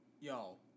Yo